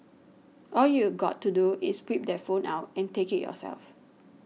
all you got to do is whip that phone out and take it yourself